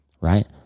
right